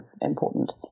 important